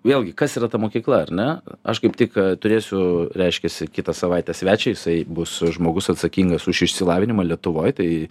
vėlgi kas yra ta mokykla ar ne aš kaip tik turėsiu reiškiasi kitą savaitę svečią jisai bus žmogus atsakingas už išsilavinimą lietuvoj tai